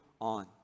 on